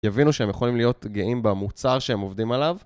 יבינו שהם יכולים להיות גאים במוצר שהם עובדים עליו